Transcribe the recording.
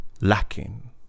lacking